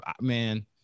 man